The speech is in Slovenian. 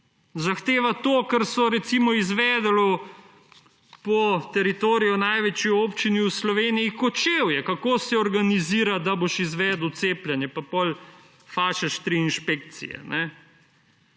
Zahteva to, kar so recimo izvedli po teritoriju v največji občini v Sloveniji Kočevje, kako se organizira, da boš izvedel cepljenje, pa potem fašeš tri inšpekcije.